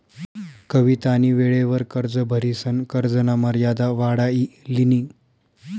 कवितानी वेळवर कर्ज भरिसन कर्जना मर्यादा वाढाई लिनी